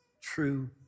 true